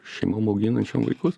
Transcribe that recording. šeimom auginančiom vaikus